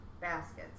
baskets